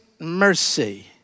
mercy